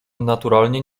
naturalnie